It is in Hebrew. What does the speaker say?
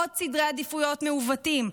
עוד סדרי עדיפויות מעוותים.